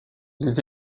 les